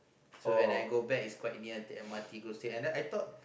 so when I go back is quite near the M_R_T go straight and then I thought